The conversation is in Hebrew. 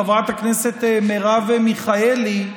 חברת הכנסת מרב מיכאלי,